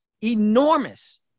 enormous